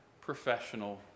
professional